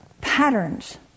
patterns